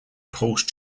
pulse